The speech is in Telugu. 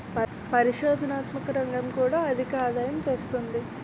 పరిశోధనాత్మక రంగం కూడా అధికాదాయం తెస్తుంది